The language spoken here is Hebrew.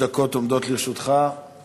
עומדות לרשותך שלוש דקות.